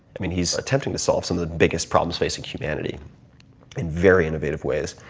i mean he's attempting to solve some of the biggest problems facing humanity in very innovative ways.